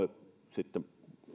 sitten